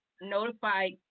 notified –